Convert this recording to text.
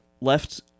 left